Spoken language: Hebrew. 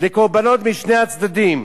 לקורבנות משני הצדדים."